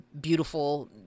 beautiful